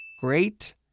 Great